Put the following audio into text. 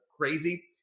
crazy